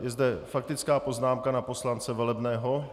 Je zde faktická poznámka poslance Velebného.